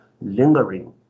lingering